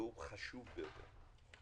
והוא חשוב ביותר,